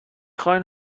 خواین